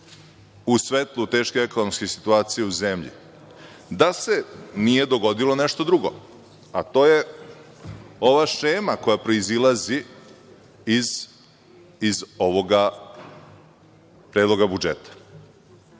u svetlu teške ekonomske situacije u zemlji da se nije dogodilo nešto drugo, a to je ova šema koja proizilazi iz ovog predloga budžeta.